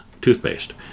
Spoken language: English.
toothpaste